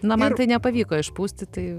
na man tai nepavyko išpūsti tai